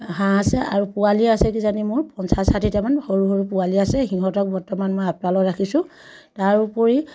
হাঁহ আছে আৰু পোৱালি আছে কিজানি মোৰ পঞ্চাছ ষাঠিটামান সৰু সৰু পোৱালি আছে সিহঁতক বৰ্তমান মই আপদালত ৰাখিছোঁ তাৰ উপৰি